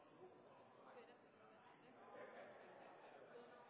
at det var